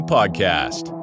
Podcast